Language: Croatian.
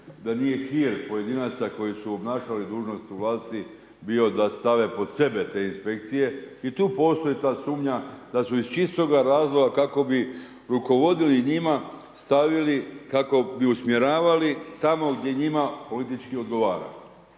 da nije hir pojedinaca koji su obnašali dužnost u vlasti bio da stave pod sebe te inspekcije i tu postoji ta sumnja da su iz čistoga razloga kako bi rukovodili njima stavili kako bi usmjeravali tamo gdje njima politički odgovara.